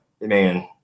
man